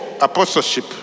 apostleship